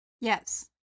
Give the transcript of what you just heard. Yes